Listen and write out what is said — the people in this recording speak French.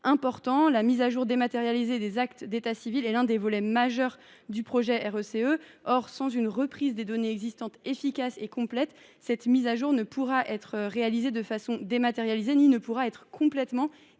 irrecevable. La mise à jour dématérialisée des actes d’état civil est l’un des volets majeurs du projet RECE. Or, sans une reprise des données existantes efficace et complète, cette actualisation ne pourra pas se faire sous une forme dématérialisée et ne pourra pas être complètement